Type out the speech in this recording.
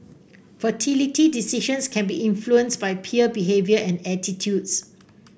fertility decisions can be influenced by peer behaviour and attitudes